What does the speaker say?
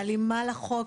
בהלימה לחוק,